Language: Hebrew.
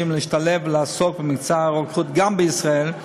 להשתלב ולעסוק במקצוע הרוקחות גם בישראל,